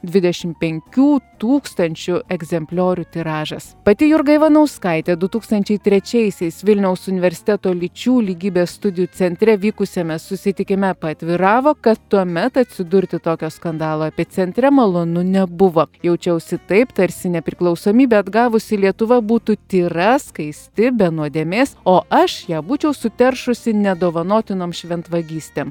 dvidešim penkių tūkstančių egzempliorių tiražas pati jurga ivanauskaitė du tūkstančiai trečiaisiais vilniaus universiteto lyčių lygybės studijų centre vykusiame susitikime paatviravo kad tuomet atsidurti tokio skandalo epicentre malonu nebuvo jaučiausi taip tarsi nepriklausomybę atgavusi lietuva būtų tyra skaisti be nuodėmės o aš ją būčiau suteršusi nedovanotinom šventvagystėm